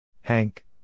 Hank